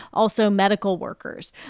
also medical workers.